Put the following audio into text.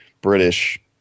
British